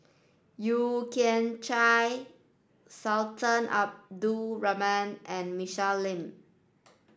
Yeo Kian Chai Sultan Abdul Rahman and Michelle Lim